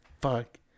fuck